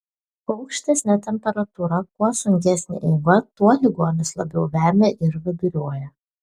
kuo aukštesnė temperatūra kuo sunkesnė eiga tuo ligonis labiau vemia ir viduriuoja